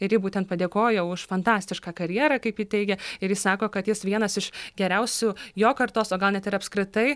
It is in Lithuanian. ir ji būtent padėkojo už fantastišką karjerą kaip ji teigia ir ji sako kad jis vienas iš geriausių jo kartos o gal net ir apskritai